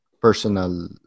personal